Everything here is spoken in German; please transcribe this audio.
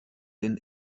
den